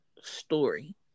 story